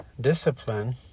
Discipline